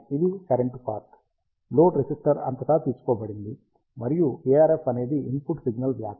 ఇది current part load resistor అంతటా తీసుకోబడింది మరియు ARF అనేది ఇన్పుట్ సిగ్నల్ వ్యాప్తి